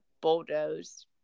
bulldoze